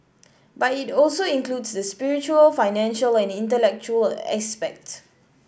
but it also includes the spiritual financial and intellectual aspect